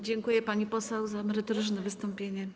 Dziękuję, pani poseł, za merytoryczne wystąpienie.